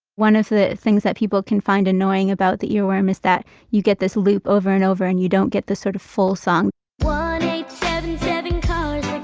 one of the things that people can find annoying about the earworm is that you get this loop over and over, and you don't get the sort of full song one and kind of